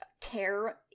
care